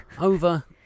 over